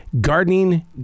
Gardening